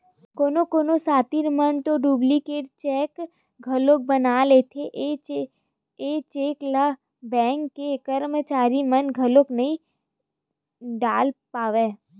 कोनो कोनो सातिर मन तो डुप्लीकेट चेक घलोक बना लेथे, ए चेक ल बेंक के करमचारी मन घलो नइ ताड़ पावय